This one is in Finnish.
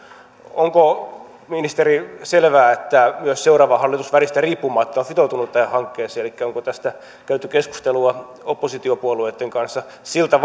onko ministeri selvää että myös seuraava hallitus väristä riippumatta on sitoutunut tähän hankkeeseen elikkä onko tästä käyty keskustelua oppositiopuolueitten kanssa siltä